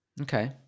okay